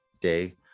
day